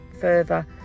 further